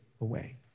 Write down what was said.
away